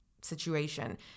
situation